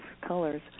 colors